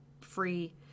free